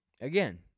again